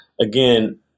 Again